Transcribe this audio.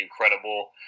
incredible